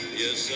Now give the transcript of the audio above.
yes